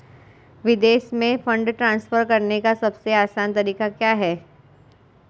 विदेश में fund transfer करने का सबसे आसान तरीका क्या है?